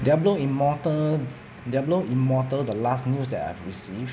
diablo immortal diablo immortal the last news that I've received